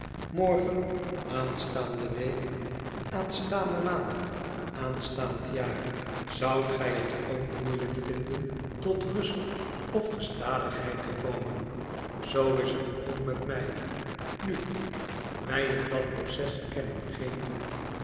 morgen aanstaande week aanstaande maand aanstaand jaar zoudt gij het ook moeielijk vinden tot rust of gestadigheid te komen zoo is het ook met mij nu wij in dat proces kennen geen nu